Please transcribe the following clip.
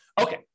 Okay